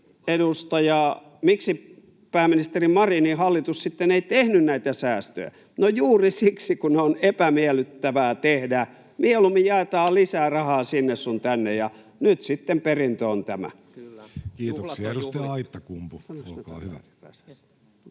puhui. Miksi pääministeri Marinin hallitus sitten ei tehnyt näitä säästöjä? No, juuri siksi, että ne ovat epämiellyttäviä tehdä. Mieluummin jaetaan lisää rahaa sinne sun tänne, ja nyt sitten perintö on tämä. Kiitoksia. — Edustaja Aittakumpu, olkaa hyvä.